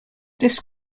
this